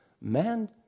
man